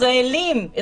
ישראלים.